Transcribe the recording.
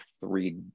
three